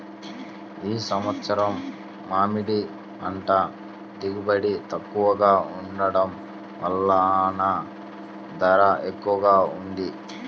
ఈ సంవత్సరం మామిడి పంట దిగుబడి తక్కువగా ఉండటం వలన ధర ఎక్కువగా ఉంది